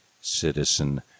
Citizen